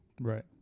Right